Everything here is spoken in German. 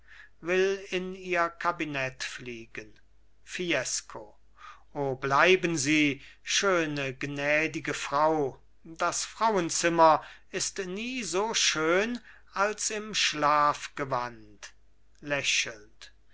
will in ihr kabinett fliegen fiesco o bleiben sie schöne gnädige frau das frauenzimmer ist nie so schön als im schlafgewand lächelnd